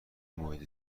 محیط